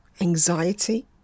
anxiety